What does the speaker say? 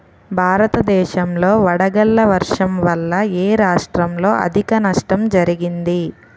భారతదేశం లో వడగళ్ల వర్షం వల్ల ఎ రాష్ట్రంలో అధిక నష్టం జరిగింది?